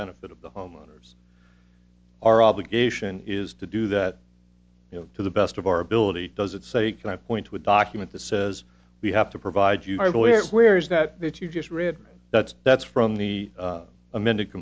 benefit of the homeowners our obligation is to do that you know to the best of our ability does it say can i point to a document that says we have to provide you our boy or where is that that you just read that's that's from the amended